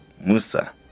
musa